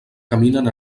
caminen